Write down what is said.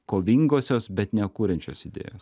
kovingosios bet nekuriančios idėjos